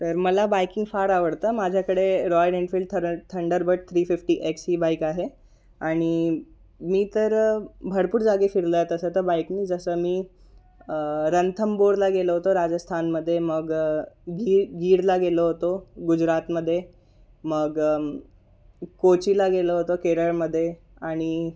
तर मला बाईकिंग फार आवडतं माझ्याकडे रॉयल एन्फिल्ड थर थंडरबर्ड थ्री फिफ्टी एक्स ही बाईक आहे आणि मी तर भरपूर जागे फिरला आहे तसं तर बाईकने जसं मी रणथंबोरला गेलो होतो राजस्थानमध्ये मग गीर गीरला गेलो होतो गुजरातमध्ये मग कोचीला गेलो होतं केरळमध्ये आणि